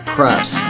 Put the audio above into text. Press